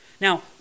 Now